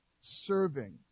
Serving